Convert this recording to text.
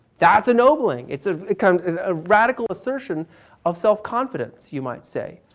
that's ennobling. it's ah kind of a radical assertion of self-confidence, you might say.